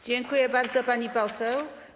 Dziękuję bardzo, pani poseł.